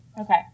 Okay